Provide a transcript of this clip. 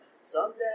Someday